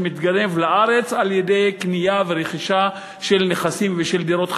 מתגנב לארץ על-ידי קנייה ורכישה של נכסים ושל דירות חדשות,